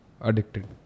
addicted